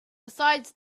besides